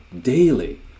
daily